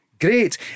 Great